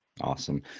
Awesome